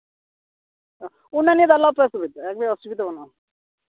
ᱚᱱᱟ ᱱᱤᱭᱮ ᱫᱚ ᱟᱞᱚ ᱯᱮ ᱚᱥᱩᱵᱤᱫᱷᱟᱜᱼᱟ ᱚᱥᱩᱵᱤᱫᱷᱟ ᱵᱟᱹᱱᱩᱜᱼᱟ